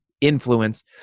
influence